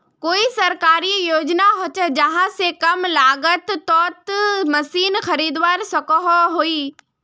कोई सरकारी योजना होचे जहा से कम लागत तोत मशीन खरीदवार सकोहो ही?